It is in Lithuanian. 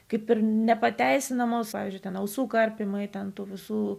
kaip ir nepateisinamos pavyzdžiui ausų karpymai tentų visų